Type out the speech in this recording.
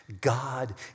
God